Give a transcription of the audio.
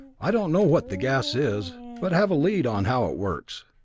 i don't know what the gas is, but have a lead on how it works.